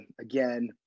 again